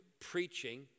preaching